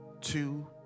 two